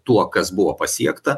tuo kas buvo pasiekta